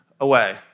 away